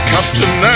Captain